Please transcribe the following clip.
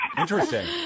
Interesting